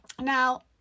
Now